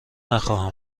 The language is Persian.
نخواهم